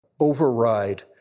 override